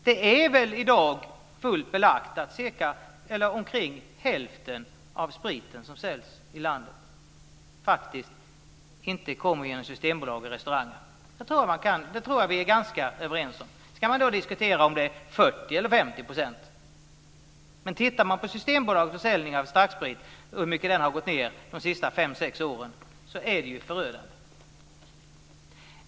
Det är väl i dag fullt belagt att omkring hälften av den sprit som säljs i landet faktiskt inte säljs genom systembolag eller restauranger. Det tror jag att vi är ganska överens om. Sedan kan man diskutera om det är 40 % eller 50 %. Men tittar man på Systembolagets försäljning av starksprit och hur mycket den har gått ned de senaste fem sex åren är det ju förödande.